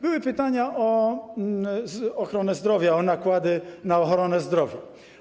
Były pytania o ochronę zdrowia, o nakłady na ochronę zdrowia.